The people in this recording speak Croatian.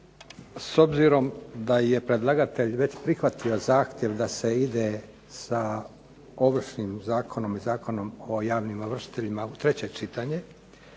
S obzirom da je predlagatelj već prihvatio zahtjev da se ide sa Ovršnim zakonom i Zakonom o javnim ovršiteljima u treće čitanje,